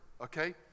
okay